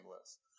list